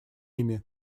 ими